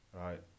right